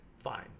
fine